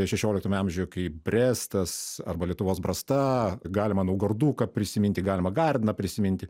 šešioliktame amžiuje kaip brestas arba lietuvos brasta galima naugarduką prisiminti galima gardiną prisiminti